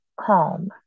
calm